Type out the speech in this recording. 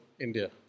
India